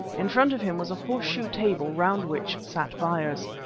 in front of him was a horseshoe table, round which sat buyers.